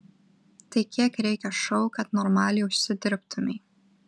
tai kiek reikia šou kad normaliai užsidirbtumei